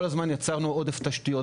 כל הזמן יצרנו עודף תשתיות.